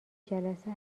جلسه